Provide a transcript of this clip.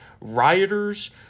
rioters